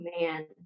man